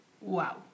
wow